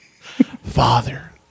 Father